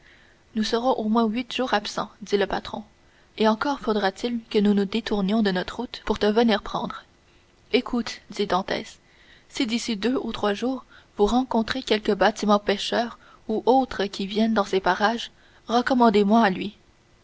nous serons au moins huit jours absents dit le patron et encore faudra-t-il que nous nous détournions de notre route pour te venir prendre écoutez dit dantès si d'ici deux ou trois jours vous rencontrez quelque bâtiment pêcheur ou autre qui vienne dans ces parages recommandez moi à lui